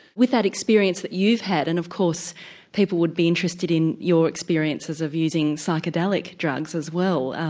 with that experience that you've had and of course people would be interested in your experiences of using psychedelic drugs as well,